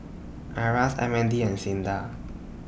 IRAS M N D and SINDA